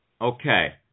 Okay